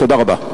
תודה רבה.